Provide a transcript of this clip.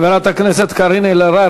חברת הכנסת קארין אלהרר,